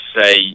say